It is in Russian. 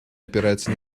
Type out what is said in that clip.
опирается